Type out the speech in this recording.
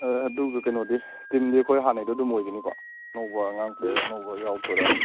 ꯑꯥ ꯑꯗꯨꯒ ꯀꯩꯅꯣꯗꯤ ꯇꯤꯝꯗꯤ ꯑꯩꯈꯣꯏ ꯍꯥꯟꯅꯩꯗꯨ ꯑꯗꯨꯝ ꯑꯣꯏꯒꯅꯤꯀꯣ ꯑꯅꯧꯕ ꯑꯉꯥꯡ ꯄ꯭ꯂꯦꯌꯔ ꯑꯅꯧꯕ ꯌꯥꯎꯔꯛꯇꯣꯏꯔꯥ